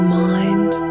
mind